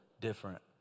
different